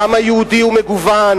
העם היהודי הוא מגוון,